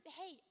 hey